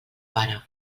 pare